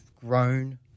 grown